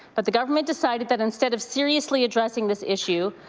but the government decided that instead of seriously addressing this issue,